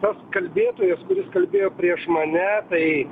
tas kalbėtojas kuris kalbėjo prieš mane tai